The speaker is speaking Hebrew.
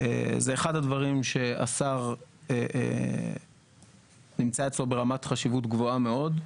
זה אחד הדברים שהשר נמצא אצלו ברמת חשיבות גבוהה מאוד.